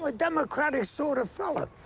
ah democratic sort of fellow.